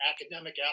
academic